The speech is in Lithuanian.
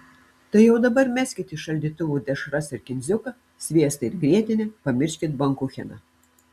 tai jau dabar meskit iš šaldytuvų dešras ir kindziuką sviestą ir grietinę pamirškit bankucheną